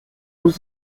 aux